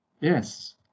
Yes